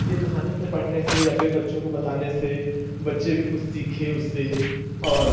ये कहानी को पढ़ने से या फिर बच्चों को बताने से बच्चे भी कुछ सीखें उससे और